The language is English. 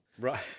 Right